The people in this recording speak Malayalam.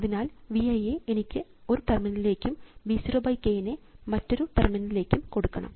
അതിനാൽ V i യെ എനിക്ക് ഒരു ടെർമിനലിലേക്കും V 0 k നെ മറ്റൊരു ടെർമിനലിലേക്കും കൊടുക്കണം